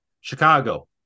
Chicago